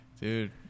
Dude